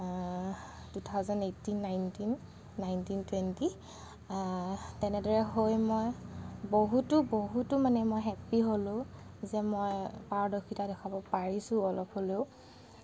two thousand eighteen nineteen nineteen twenty তেনেদৰে হৈ মই বহুতো বহুতো মানে মই হেপ্পী হ'লোঁ যে মই পাৰদৰ্শিতা দেখুৱাব পাৰিছোঁ অলপ হ'লেও